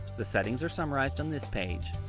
the settings are summarized on this page.